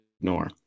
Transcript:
ignore